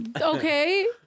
okay